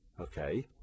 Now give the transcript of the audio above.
Okay